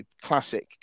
classic